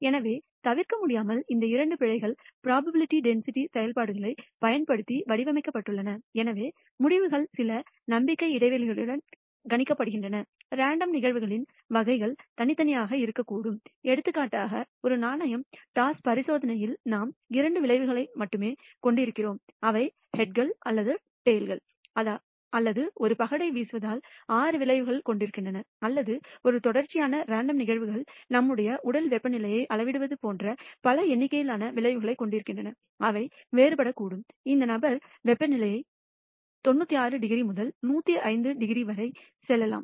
எனவே தவிர்க்க முடியாமல் இந்த இரண்டு பிழைகள் ப்ரோபபிலிட்டி டென்சிட்டி செயல்பாடுகளைப் பயன்படுத்தி வடிவமைக்கப்பட்டுள்ளன எனவே முடிவுகள் சில நம்பிக்கை இடைவெளிகளுடன் கணிக்கப்படுகின்றன ரேண்டம் நிகழ்வுகளின் வகைகள் தனித்தனியாக இருக்கக்கூடும் எடுத்துக்காட்டாக ஒரு நாணயம் டாஸ் பரிசோதனையில் நாம் இரண்டு விளைவுகளை மட்டுமே கொண்டிருக்கிறோம் அவை ஹெட்கள் அல்லது டைல் அல்லது ஒரு பகடை வீசுதல் 6 விளைவுகளைக் கொண்டிருக்கின்றன அல்லது அது ஒரு தொடர்ச்சியான ரேண்டம் நிகழ்வுகள் நம்முடைய உடல் வெப்பநிலையை அளவிடுவது போன்ற பல எண்ணிக்கையிலான விளைவுகளைக் கொண்டிருக்கின்றன அவை வேறுபடக்கூடும் அந்த நபர் வெப்பநிலையை 96 டிகிரி முதல் 105 டிகிரி வரை சொல்லலாம்